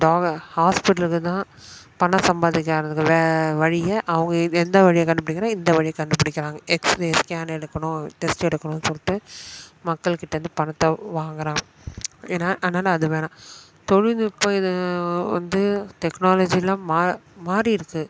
ஹாஸ்பிடலுக்கு தான் பணம் சம்பாதிக்கிறதுக்கு வே வழியை அவங்க எந்த வழியை கண்டுப்பிடிக்கிறான் இந்த வழியை கண்டுப்பிடிக்கிறாங்க எக்ஸ்ரே ஸ்கேனு எடுக்கணும் டெஸ்ட் எடுக்கணும் சொல்லிட்டு மக்கள்கிட்டருந்து பணத்தை வாங்குகிறான் ஏன்னா அதனால் அது வேணாம் தொழில்நுட்பம் இது வந்து டெக்னாலஜிலாம் மா மாறிருக்குது